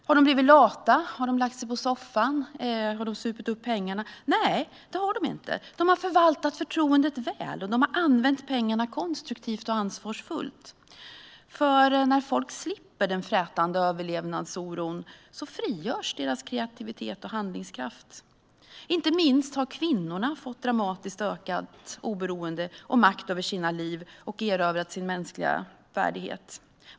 Har de blivit lata, lagt sig på soffan, supit upp pengarna? Nej, det har de inte. De har förvaltat förtroendet väl och använt pengarna konstruktivt och ansvarsfullt. När folk slipper den frätande överlevnadsoron frigörs nämligen deras kreativitet och handlingskraft. Inte minst har kvinnorna fått dramatiskt ökat oberoende och makt över sina liv och har erövrat sin mänskliga värdighet.